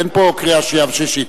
אין פה קריאה שנייה ושלישית.